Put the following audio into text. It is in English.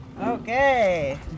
Okay